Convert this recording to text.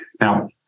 Now